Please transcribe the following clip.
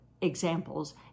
examples